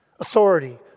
Authority